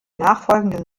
nachfolgenden